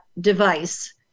device